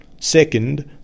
second